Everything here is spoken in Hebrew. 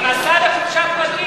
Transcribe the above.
הוא נסע לחופשה פרטית.